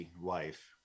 wife